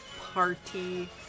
party